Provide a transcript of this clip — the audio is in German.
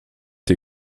die